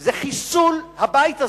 זה חיסול הבית הזה,